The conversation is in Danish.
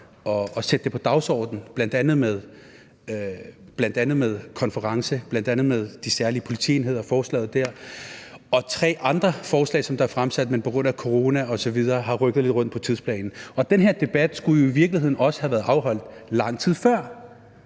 at sætte det på dagsordenen, bl.a. med konference, med forslaget om de særlige politienheder og med tre andre forslag, som er fremsat, men på grund af corona er der blevet rykket lidt rundt på tidsplanen. Den her debat skulle jo i virkeligheden også have været afholdt lang tid før,